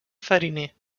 fariner